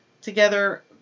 together